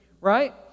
right